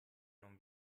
non